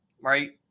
right